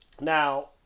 Now